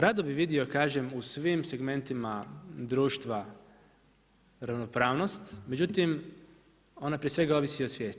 Rado bih vidio kažem u svim segmentima društva ravnopravnost, međutim ona prije svega ovisi o svijesti.